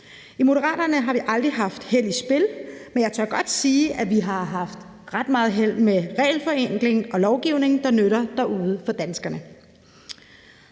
I Moderaterne har vi aldrig haft held i spil, men jeg tør godt sige, at vi har haft ret meget held med regelforenkling og lovgivning, der nytter derude for danskerne.